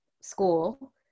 School